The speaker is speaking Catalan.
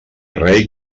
rei